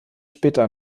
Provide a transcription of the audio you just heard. später